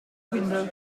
window